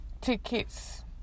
tickets